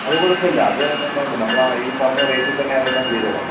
അതു കുഴപ്പമില്ല അത് നമ്മൾ ആ ഈ പറഞ്ഞ റേറ്റിൽ തന്നെ അതെല്ലാം ചെയ്തുകൊളളാം